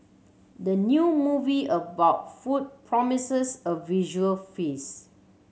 the new movie about food promises a visual